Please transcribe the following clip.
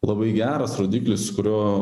labai geras rodiklis kurio